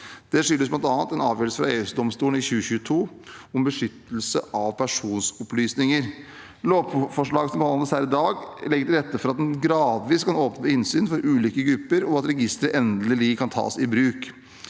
Det skyldes bl.a. en avgjørelse fra EU-domstolen i 2022 om beskyttelse av personopplysninger. Lovforslaget som behandles her i dag, legger til rette for at en gradvis kan åpne innsyn for ulike grupper, og at registeret endelig kan tas i bruk.